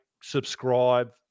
subscribe